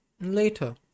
later